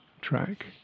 track